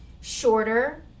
shorter